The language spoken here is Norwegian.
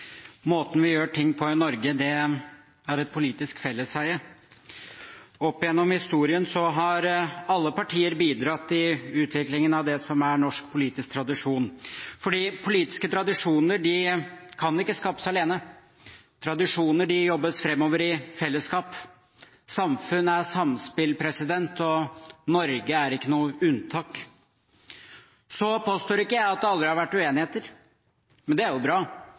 Måten vi gjør ting på i Norge er et politisk felleseie. Opp gjennom historien har alle partier bidratt i utviklingen av det som er norsk politisk tradisjon, for politiske tradisjoner kan ikke skapes alene – tradisjoner jobbes fremover i fellesskap, samfunn er samspill og Norge er ikke noe unntak. Så påstår ikke jeg at det aldri har vært uenigheter, for uenigheter er jo bra.